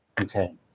Okay